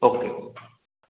okay